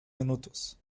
minutos